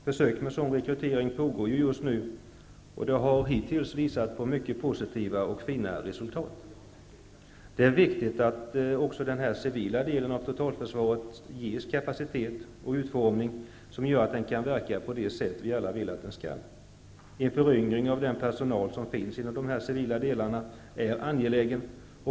Försök med sådan rekrytering pågår just nu, och det har hittills givit mycket positiva resultat. Det är viktigt att också den civila delen av totalförsvaret ges sådan kapacitet och utformning att den kan verka på det sätt vi alla vill att den skall. En föryngring av den personal som finns inom de civila delarna är angelägen.